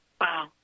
wow